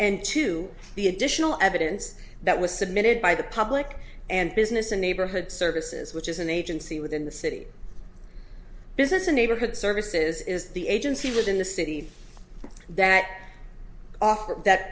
and two the additional evidence that was submitted by the public and business and neighborhood services which is an agency within the city business and neighborhood services is the agency was in the city that offer that